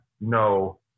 no